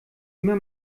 immer